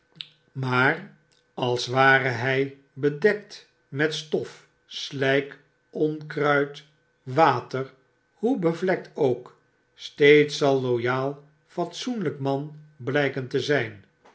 maar al ware hy bedekt met stof slyk onkruid water hoe bevlekt ook steeds zal loyal fatsoenlyk man blyken te zijn